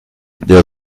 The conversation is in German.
der